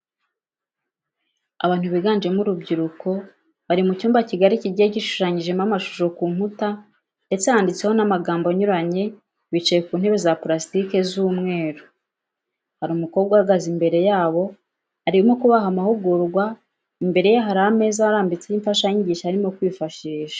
Abantu biganjemo urubyiruko bari mu cyumba kigari kigiye gishushanyijeho amashusho ku nkuta ndetse handitseho n'amagambo anyuranye bicaye ku ntebe za purasitiki z'umweru, hari umukobwa uhagaze imbere yabo arimo kubaha amahugurwa imbere ye hari ameza arambitseho imfashanyigisho arimo kwifashisha.